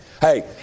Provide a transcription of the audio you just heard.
Hey